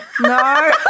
No